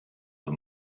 the